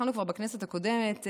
התחלנו כבר בכנסת הקודמת,